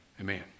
amen